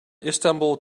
istanbul